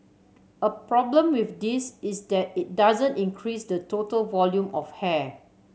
a problem with this is that it doesn't increase the total volume of hair